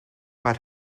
but